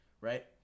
Right